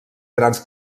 grans